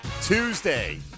Tuesday